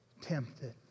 tempted